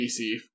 BC